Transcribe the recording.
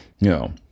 No